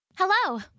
Hello